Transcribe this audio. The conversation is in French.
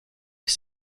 les